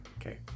okay